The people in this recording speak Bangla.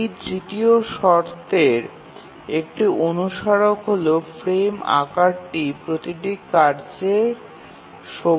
এই তৃতীয় শর্তের একটি অনুসারক হল ফ্রেম আকারটি প্রতিটি কার্যের সময়ের চেয়ে বড় হতে হবে